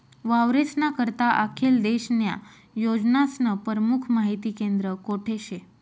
वावरेस्ना करता आखेल देशन्या योजनास्नं परमुख माहिती केंद्र कोठे शे?